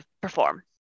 perform